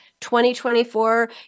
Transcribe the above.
2024